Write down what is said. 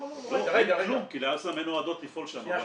אין כלום כי ל"אל סם" אין הועדות לפעול שם.